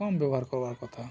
କମ ବ୍ୟବହାର କରବାର୍ କଥା